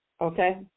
Okay